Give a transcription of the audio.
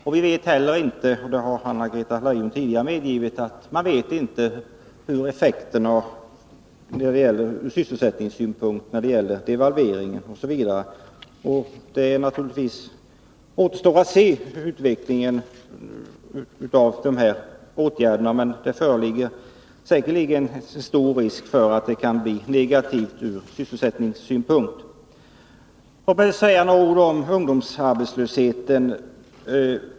Man vet inte — det har Anna-Greta Leijon tidigare medgivit — vilka effekterna blir ur sysselsättningssynpunkt när det gäller devalveringen osv. Det återstår att se vilken utvecklingen blir med tanke på de här åtgärderna. Säkerligen är risken stor att den kan bli negativ ur sysselsättningssynpunkt. Låt mig sedan säga några ord om ungdomsarbetslösheten.